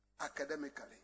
academically